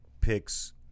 picks